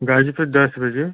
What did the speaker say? गाजीपुर दस बजे